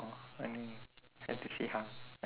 orh oh no have to see how